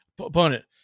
opponent